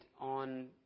on